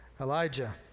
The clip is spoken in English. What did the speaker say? Elijah